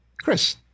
Chris